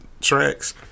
tracks